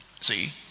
See